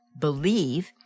believe